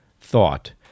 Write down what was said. thought